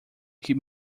keep